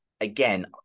again